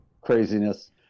craziness